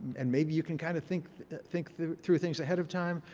and maybe you can kind of think think through through things ahead of time.